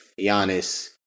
Giannis